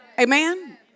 Amen